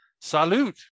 Salute